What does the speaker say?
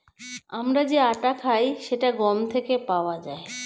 আমরা যে আটা খাই সেটা গম থেকে পাওয়া যায়